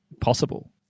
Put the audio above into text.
possible